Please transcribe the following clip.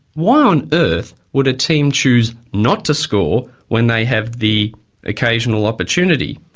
why on earth would a team choose not to score when they have the occasional opportunity.